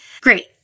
Great